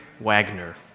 Wagner